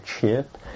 chip